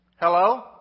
Hello